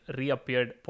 reappeared